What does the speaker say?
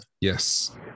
Yes